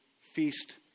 feast